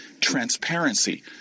transparency